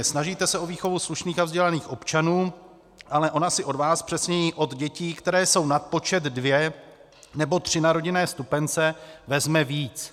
Snažíte se o výchovu slušných a vzdělaných občanů, ale ona si od vás, přesněji od dětí, které jsou nad počet dvě nebo tři, na rodinné vstupence vezme víc.